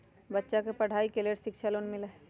बच्चा के पढ़ाई के लेर शिक्षा लोन मिलहई?